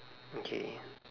okay